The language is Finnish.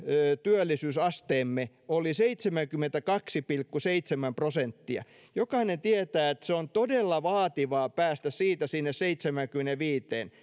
työllisyysasteemme oli seitsemänkymmentäkaksi pilkku seitsemän prosenttia jokainen tietää että on todella vaativaa päästä siitä sinne seitsemäänkymmeneenviiteen